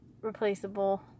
replaceable